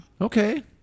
Okay